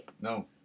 No